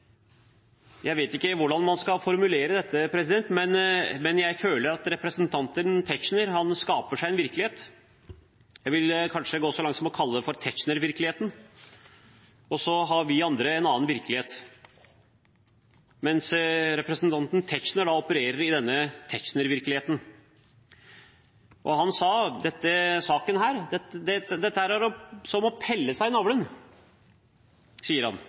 Jeg vet ikke hvordan man skal formulere dette, men jeg føler at representanten Tetzschner skaper seg en virkelighet. Jeg vil kanskje gå så langt som å kalle det Tetzschner-virkeligheten. Vi andre har en annen virkelighet, mens representanten Tetzschner opererer i denne Tetzschner-virkeligheten. Og han sa at denne saken er som å pille seg i navlen – vi driver og piller oss i navlen. Og så sikter han